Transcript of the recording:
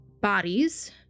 bodies